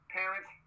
parents